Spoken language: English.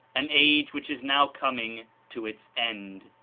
an age which is now coming to its end.